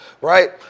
right